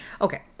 Okay